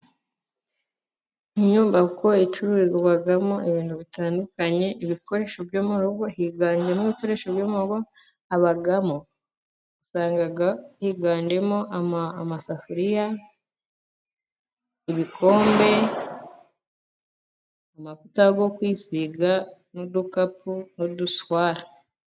Inyubako icururizwamo ibintu bitandukanye ibikoresho byo mu rugo, higanjemo ibikoresho byo mu rugo, habamo usanga higanjemo amasafuriya, ibikombe, amavuta yo kwisiga ,n'udukapu n'uduswara.